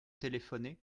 téléphoné